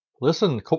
listen